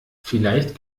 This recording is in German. vielleicht